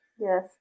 Yes